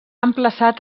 emplaçat